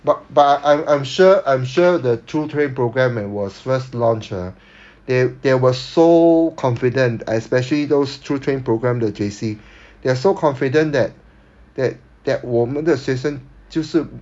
but but I I I'm sure I'm sure the through train programme when it was first launched ah they they were so confident especially those through train programme to J_C they are so confident that that that 我们的学生就是